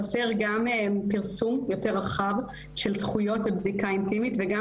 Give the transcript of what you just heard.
חסר פרסום יותר רחב של זכויות בבדיקה אינטימית וגם